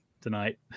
tonight